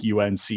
UNC